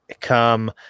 come